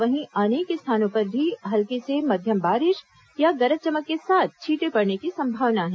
वहीं अनेक स्थानों पर भी हल्की से मध्यम बारिश या गरज चमक के साथ छीटे पड़ने की संभावना है